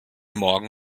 morgen